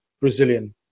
Brazilian